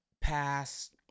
past